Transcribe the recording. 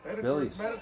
Billy's